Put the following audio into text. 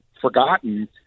forgotten